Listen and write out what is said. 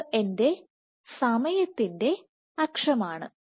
ഇത് എന്റെ സമയത്തിൻറെ അക്ഷമാണ്